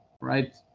right